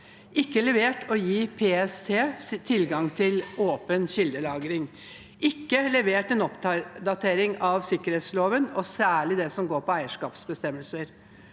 ikke levert på å gi PST tilgang til åpen kildelagring, ikke levert en oppdatering av sikkerhetsloven, særlig det som går på eierskapsbestemmelser,